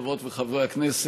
חברות וחברות הכנסת,